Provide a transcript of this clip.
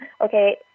Okay